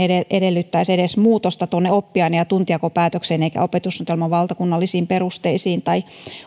edellyttäisi edes muutosta oppiaine ja tuntijakopäätökseen eikä opetussuunnitelman valtakunnallisiin perusteisiin tai